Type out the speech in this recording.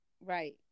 right